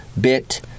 bit